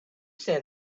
say